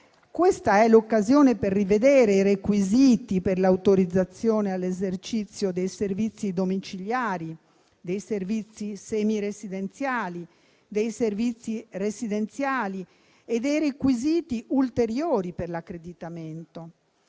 avviso, è l'occasione per rivedere i requisiti per l'autorizzazione all'esercizio dei servizi domiciliari, semiresidenziali, residenziali e dei requisiti ulteriori per l'accreditamento.